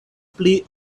pli